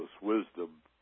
Wisdom